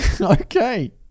okay